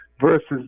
versus